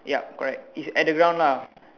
yup correct it's at the ground lah